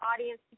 audience